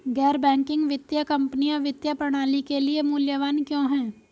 गैर बैंकिंग वित्तीय कंपनियाँ वित्तीय प्रणाली के लिए मूल्यवान क्यों हैं?